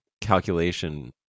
calculation